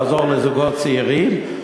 לעזור לזוגות צעירים,